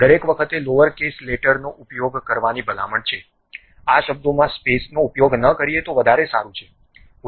દરેક વખતે lower case letter નો ઉપયોગ કરવાની ભલામણ છે આ શબ્દોમાં સ્પેસ નો ઉપયોગ ન કરીએ તો વધારે સારું છે